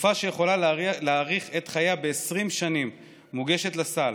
התרופה שיכולה להאריך את חייה ב-20 שנים מוגשת לסל,